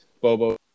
Bobo